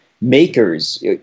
makers